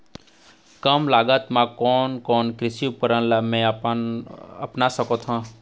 कम लागत मा कोन कोन कृषि उपकरण ला मैं अपना सकथो?